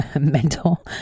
mental